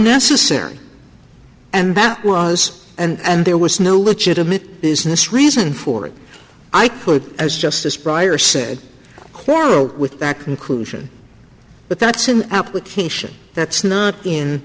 unnecessary and that was and there was no legitimate business reason for it i could as justice prior said quarrel with that conclusion but that's an application that's not